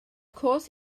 course